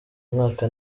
mwaka